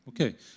Okay